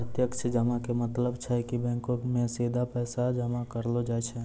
प्रत्यक्ष जमा के मतलब छै कि बैंको मे सीधा पैसा जमा करलो जाय छै